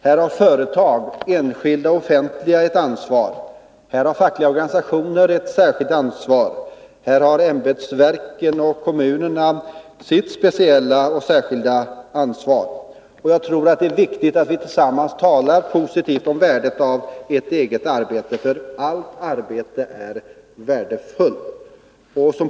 Här har företag — enskilda och offentliga — ett ansvar, här har de fackliga organisationerna ett särskilt ansvar, och här har ämbetsverken och kommunerna sitt speciella ansvar. Jag tror att det är viktigt att vi tillsammans talar positivt om värdet av ett eget arbete. Allt arbete är värdefullt!